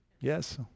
Yes